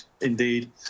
indeed